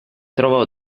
trovò